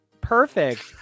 Perfect